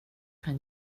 kan